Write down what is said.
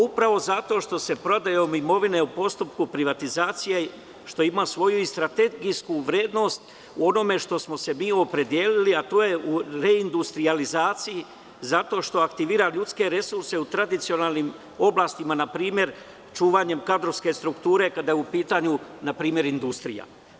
Upravo zato što se prodajom imovine u postupku privatizacije, što ima svoju i strategijsku vrednost u onome što smo se mi opredelili, a to je reindustrijalizacija, zato što aktivira ljudske resurse u tradicionalnim oblastima, na primer, čuvanjem kadrovske strukture kada je u pitanju industrija.